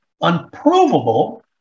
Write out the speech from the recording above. unprovable